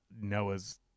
Noah's